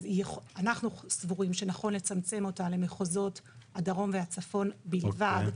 אנחנו סבורים שנכון לצמצם אותה למחוזות הדרום והצפון בלבד,